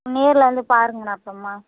நேரில் வந்து பாருங்கண்ணா அப்பறமாக